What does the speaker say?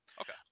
Okay